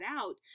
out